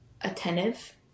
attentive